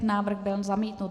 Návrh byl zamítnut.